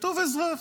כתוב אזרח.